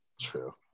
True